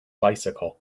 bicycle